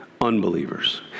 unbelievers